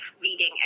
reading